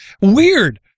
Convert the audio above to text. Weird